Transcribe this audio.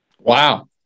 Wow